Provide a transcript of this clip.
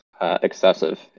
Excessive